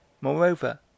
Moreover